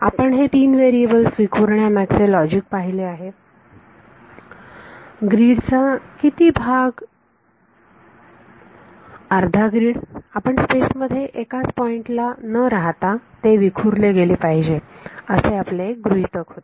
आपण हे तीन व्हेरीएबल्स विखूरण्यामागचे लॉजिक पाहिले आहे ग्रीड चा किती भाग अर्धा ग्रीड आपण स्पेस मध्ये एकाच पॉइंटला न राहता ते विखुरले गेले पाहिजे असे आपले एक गृहीतक होते